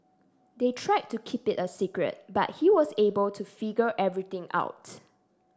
they tried to keep it a secret but he was able to figure everything out